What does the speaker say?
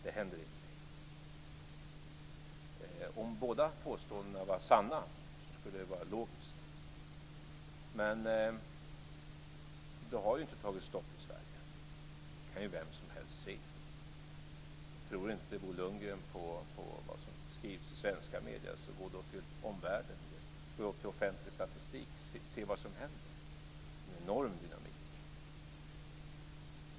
Det skulle vara logiskt om båda påståendena var sanna, men det har inte tagit stopp i Sverige. Det kan vem som helst se. Om Bo Lundgren inte tror på vad som skrivs i de svenska medierna, så gå då till omvärlden och till offentlig statistik. Det är en enorm dynamik.